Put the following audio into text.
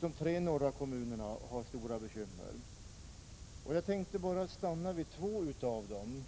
De tre norra kommunerna har stora bekymmer. Jag tänkte stanna vid två av dem